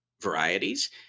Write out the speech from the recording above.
varieties